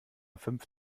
fünf